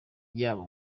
yabo